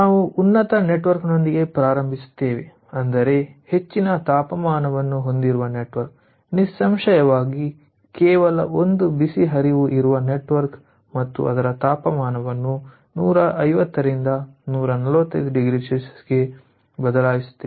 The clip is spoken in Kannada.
ನಾವು ಉನ್ನತ ನೆಟ್ವರ್ಕ್ ನೊಂದಿಗೆ ಪ್ರಾರಂಭಿಸುತ್ತೇವೆ ಅಂದರೆ ಹೆಚ್ಚಿನ ತಾಪಮಾನವನ್ನು ಹೊಂದಿರುವ ನೆಟ್ವರ್ಕ್ ನಿಸ್ಸಂಶಯವಾಗಿ ಕೇವಲ ಒಂದು ಬಿಸಿ ಹರಿವು ಇರುವ ನೆಟ್ವರ್ಕ್ ಮತ್ತು ಅದರ ತಾಪಮಾನವನ್ನು 150 ರಿಂದ 145oC ಗೆ ಬದಲಾಯಿಸುತ್ತಿದೆ